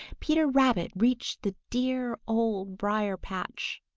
peter rabbit reached the dear old briar-patch.